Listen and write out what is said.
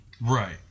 right